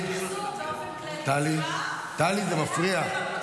זה מפריע.